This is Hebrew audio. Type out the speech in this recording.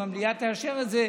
אם המליאה תאשר את זה,